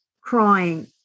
crying